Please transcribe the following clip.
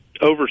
over